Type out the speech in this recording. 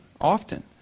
often